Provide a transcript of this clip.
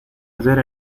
ayer